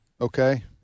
Okay